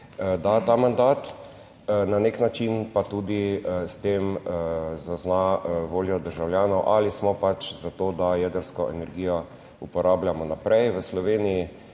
da ta mandat. Na nek način pa tudi s tem zazna voljo državljanov, ali smo pač za to, da jedrsko energijo uporabljamo naprej v Sloveniji